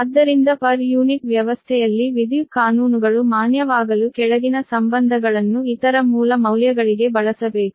ಆದ್ದರಿಂದ ಪ್ರತಿ ಯುನಿಟ್ ವ್ಯವಸ್ಥೆಯಲ್ಲಿ ವಿದ್ಯುತ್ ಕಾನೂನುಗಳು ಮಾನ್ಯವಾಗಲು ಕೆಳಗಿನ ಸಂಬಂಧಗಳನ್ನು ಇತರ ಮೂಲ ಮೌಲ್ಯಗಳಿಗೆ ಬಳಸಬೇಕು